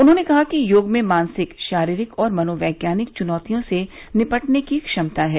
उन्होंने कहा कि योग में मानसिक शारीरिक और मनोवैज्ञानिक चुनौतियों से निपटने की क्षमता है